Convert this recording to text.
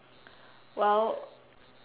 well